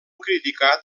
criticat